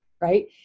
right